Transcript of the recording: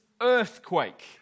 earthquake